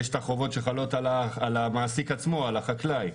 יש את החובות שחלות על המעסיק עצמו, על החקלאי.